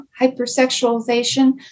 hypersexualization